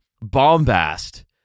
bombast